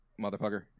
motherfucker